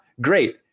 great